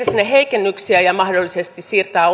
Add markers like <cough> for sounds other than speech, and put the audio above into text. <unintelligible> sinne heikennyksiä ja mahdollisesti siirtää <unintelligible>